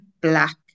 black